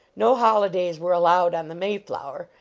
no hollidays were allowed on the mayflower,